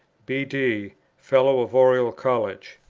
b d, fellow of oriel college.